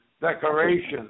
decoration